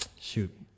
Shoot